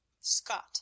Scott